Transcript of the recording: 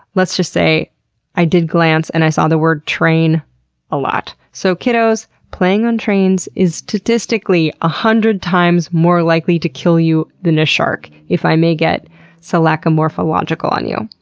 let's just say i did glance and i saw the word train a lot. so, kiddos, playing on trains is statistically one ah hundred times more likely to kill you than a shark, if i may get selachomorphological on you.